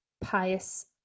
pious